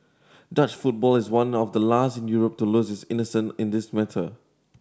Dutch football is one of the last in Europe to lose its innocence in this matter